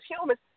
humans